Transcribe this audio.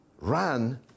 ran